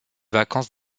vacances